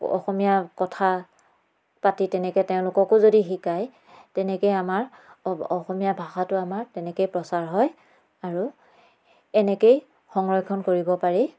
অসমীয়া কথা পাতি তেনেকৈ তেওঁলোককো যদি শিকায় তেনেকৈ আমাৰ অসমীয়া ভাষাটো আমাৰ তেনেকৈ প্ৰচাৰ হয় আৰু এনকৈয়ে সংৰক্ষণ কৰিব পাৰি